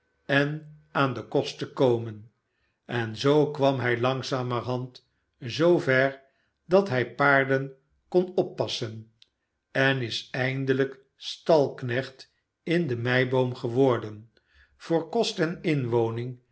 en aan den kost te komen en zoo kwam hij langzamerhand zoover dat hij paarden kon oppassen en is eindelijk stalknecht in de meiboom geworden voor kost